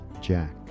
Jack